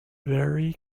very